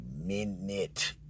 minute